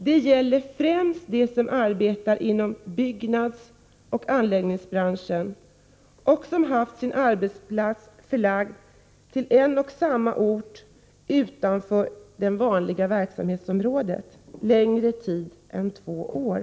Det gäller främst dem som arbetar inom byggnadsoch anläggningsbranschen och som haft sin arbetsplats förlagd till en och samma ort utanför det vanliga verksamhetsområdet under längre tid än två år.